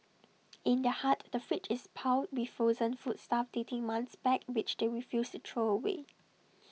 in their hut the fridge is piled with frozen foodstuff dating months back which they refuse to throw away